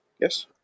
yes